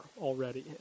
already